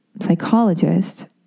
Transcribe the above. psychologist